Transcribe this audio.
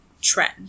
trend